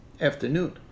afternoon